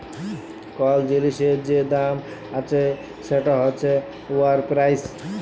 call জিলিসের যে দাম আছে সেট হছে উয়ার পেরাইস